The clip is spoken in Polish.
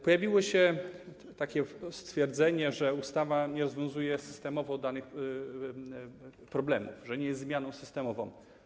Padło takie stwierdzenie, że ustawa nie rozwiązuje systemowo danych problemów, nie jest zmianą systemową.